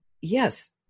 Yes